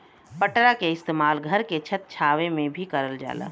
पटरा के इस्तेमाल घर के छत छावे में भी करल जाला